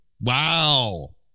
Wow